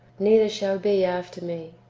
neither shall be after me.